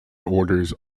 orders